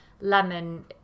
lemon